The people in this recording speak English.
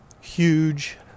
huge